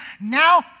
now